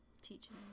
teaching